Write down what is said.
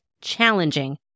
challenging